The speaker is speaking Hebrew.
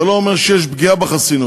אבל זה לא אומר שיש פגיעה בחסינות.